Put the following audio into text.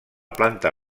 planta